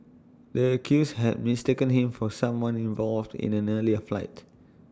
the accused had mistaken him for someone involved in an earlier fight